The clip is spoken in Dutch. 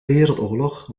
wereldoorlog